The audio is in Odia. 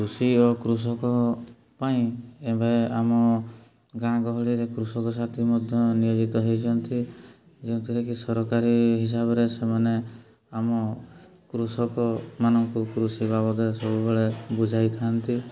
କୃଷି ଓ କୃଷକ ପାଇଁ ଏବେ ଆମ ଗାଁ ଗହଳିରେ କୃଷକସାଥୀ ମଧ୍ୟ ନିୟୋଜିତ ହୋଇଛନ୍ତି ଯେଉଁଥିରେ କି ସରକାରୀ ହିସାବରେ ସେମାନେ ଆମ କୃଷକମାନଙ୍କୁ କୃଷି ବାବଦରେ ସବୁବେଳେ ବୁଝାଇଥାନ୍ତି